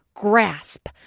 Grasp